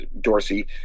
Dorsey